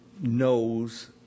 knows